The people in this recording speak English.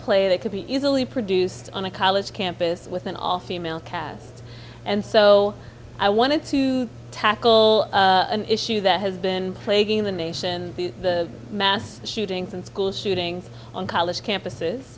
play that could be easily produced on a college campus with an all female cat and so i wanted to tackle an issue that has been plaguing the nation the mass shootings and school shootings on college campuses